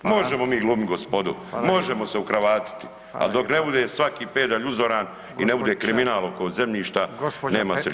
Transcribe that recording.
Možemo mi glumiti gospodu [[Upadica Radin: Hvala.]] možemo se ukravatiti, ali dok ne bude svaki pedalj uzoran i ne bude kriminal oko zemljišta nema sriće.